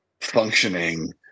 functioning